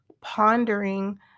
pondering